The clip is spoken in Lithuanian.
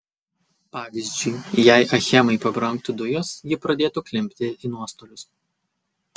pavyzdžiui jei achemai pabrangtų dujos ji pradėtų klimpti į nuostolius